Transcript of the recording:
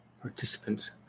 Participants